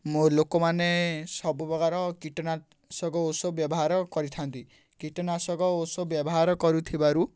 ମ ଲୋକମାନେ ସବୁ ପ୍ରକାର କୀଟନାଶକ ଓଷୋ ବ୍ୟବହାର କରିଥାନ୍ତି କୀଟନାଶକ ଓଷୋ ବ୍ୟବହାର କରୁଥିବାରୁ